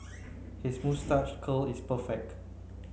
his moustache curl is perfect